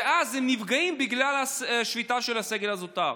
ואז הם נפגעים בגלל השביתה של הסגל הזוטר.